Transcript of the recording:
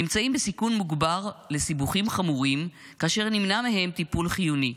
נמצאים בסיכון מוגבר לסיבוכים חמורים כאשר נמנע מהם טיפול חיוני.